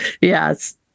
yes